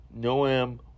Noam